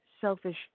selfish